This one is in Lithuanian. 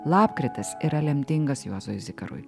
lapkritis yra lemtingas juozui zikarui